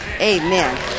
Amen